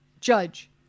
Judge